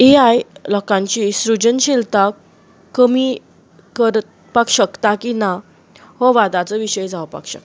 ए आय लोकांची सृजनशीलताय कमी करपाक शकता की ना हो वादाचो विशय जावपाक शकता